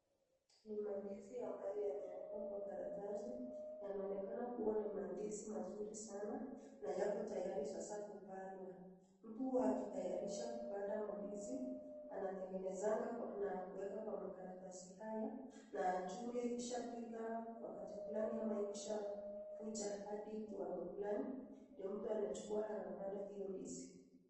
ni mandizi ambaye yamewekwa kwa karatasi, yanaonekana kuwa ni mandizi mazuri sana na yako tayari sasa kupandwa kupandwa huku wakitayarisha kupanda mandizi anatengenezanga na kuweka kwa makaratasi haya, na achunge ikishafika wakati fulani ama ikishakuja hadi kiwango fulani ndio mtu anachukua anapanda hiyo ndizi